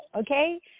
Okay